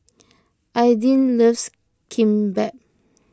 Aidyn loves Kimbap